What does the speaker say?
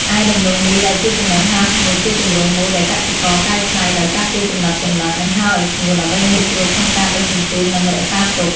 ឯដំឡូងមីដែលជាចំណិតហាលស្ងួត ជាទម្រង់មួយដែលកសិករកែច្នៃដោយកាត់ជាចំណិតៗ និងហាលឲ្យស្ងួត ដើម្បីងាយស្រួលក្នុងការដឹកជញ្ជូន និងរក្សាទុក។